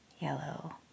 yellow